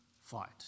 fight